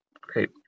Great